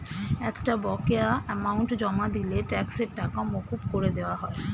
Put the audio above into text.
একটা বকেয়া অ্যামাউন্ট জমা দিলে ট্যাক্সের টাকা মকুব করে দেওয়া হয়